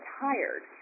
tired